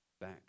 back